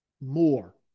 more